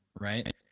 Right